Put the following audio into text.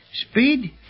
Speed